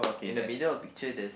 in the middle of picture there's